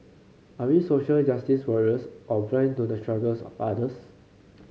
are we social justice warriors or blind to the struggles of others